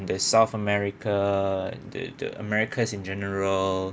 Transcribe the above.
the south america the the americans in general